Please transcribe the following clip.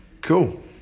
Cool